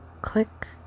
click